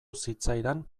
zitzaidan